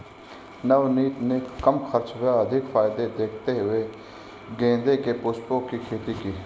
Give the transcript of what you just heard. नवनीत ने कम खर्च व अधिक फायदे देखते हुए गेंदे के पुष्पों की खेती की